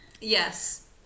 Yes